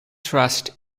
trust